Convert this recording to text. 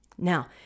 Now